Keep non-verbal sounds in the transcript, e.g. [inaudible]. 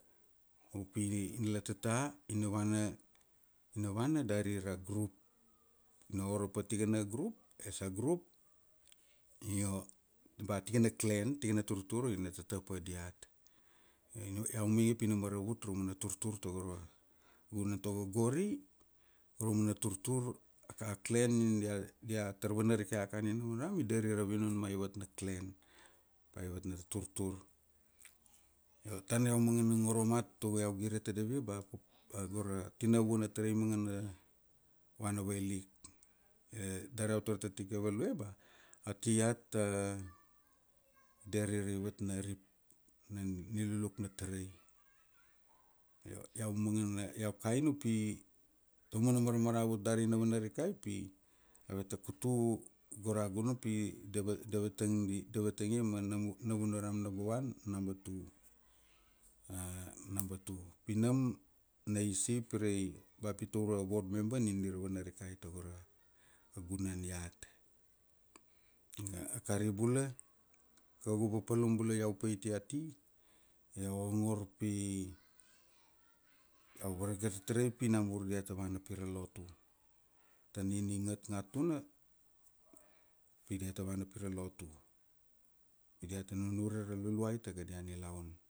Upi ina la tata i na vana, ina vana dari ra kru. Ina oro pa tatikana krup, es a grup, io ba tikana klen, tikana turtur ina tata pa diat. Iau mainge pina maravut raumana turtur tago ra, vuna tago gori, raumana turtur, a klen nina dia dia tar vanarikai akani nam i dari ra vinun ma aivat na klen, ba aivat na turtur. Io tana iau mangana ngoro mat togo iau gire tadapia ba gora tinavua na tarai i mangana vana vailik. [hesitation] Dar iau tar tatike value ba, ati iat [hesitation] dari ra aivat na rip na nililuk na tarai, io iau mangana, iau kaina upi taumana marmaravut dari na vanarikai pi aveta kutu gora gunan upi da va da vatang da vatangia ma navunaram namba vuan, namba tu. [hesitation] namba tu. Pi nam na isi pirai, ba pi taurua ward memebr nin dira vanarikai tago ra gunan iat. A kari bula, kaugu papalum bula iau paitia ati, iau ongor pi, iau varagat tarai pi diata vana pira lotu tanina i ngatngat tuna, pi diata vana pira lotu. Pi diata nunure ra luluai ta kadia nilaun.